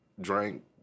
drank